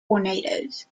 tornadoes